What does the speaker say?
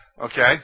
Okay